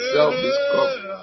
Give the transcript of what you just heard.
Self-discovery